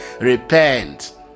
repent